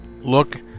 look